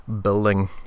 building